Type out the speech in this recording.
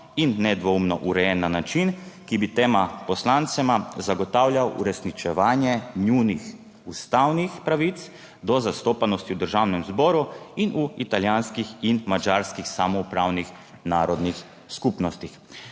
in nedvoumno urejen na način, ki bi tema poslancema zagotavljal uresničevanje njunih ustavnih pravic do zastopanosti v Državnem zboru in v italijanskih in madžarskih samoupravnih narodnih skupnostih.